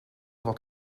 wat